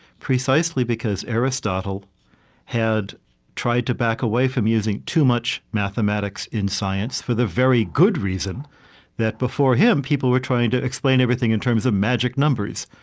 precisely because aristotle had tried to back away from using too much mathematics in science for the very good reason that before him people were trying to explain everything in terms of magic numbers.